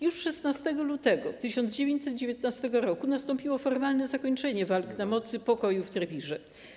Już 16 lutego 1919 r. nastąpiło formalne zakończenie walk na mocy pokoju w Trewirze.